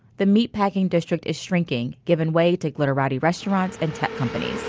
the meatpacking district is shrinking, giving way to glitterati restaurants and tech companies.